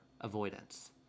avoidance